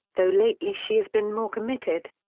though lately she has been more committed.